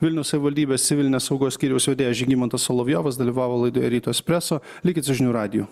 vilniaus savivaldybės civilinės saugos skyriaus vedėjas žygimantas solovjovas dalyvavo laidoje ryto espreso likit su žinių radiju